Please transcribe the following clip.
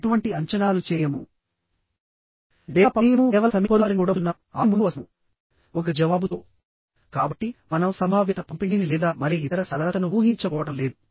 కానీ కొన్ని సందర్భాలలో దీన్ని టెన్షన్ మెంబర్ గా డిజైన్ చేయవలసి వస్తుంది